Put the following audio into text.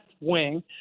wing